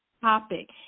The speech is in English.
topic